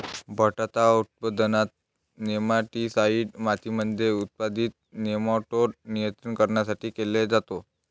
बटाटा उत्पादनात, नेमाटीसाईड मातीमध्ये उत्पादित नेमाटोड नियंत्रित करण्यासाठी केले जाते